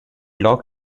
log